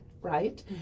right